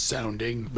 Sounding